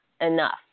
enough